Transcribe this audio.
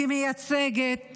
כמייצגת